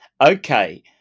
Okay